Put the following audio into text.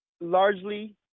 largely